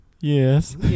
Yes